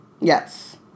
Yes